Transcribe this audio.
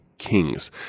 Kings